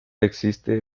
existe